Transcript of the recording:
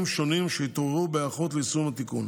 שונים שהתעוררו בהיערכות ליישום התיקון,